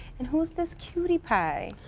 and who's this cutie pie?